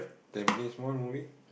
Tampines-One movie